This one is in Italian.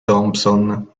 thompson